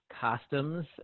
costumes